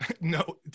No